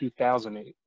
2008